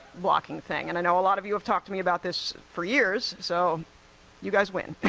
blocking thing. and i know a lot of you have talked to me about this for years, so you guys win